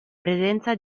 presenza